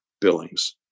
billings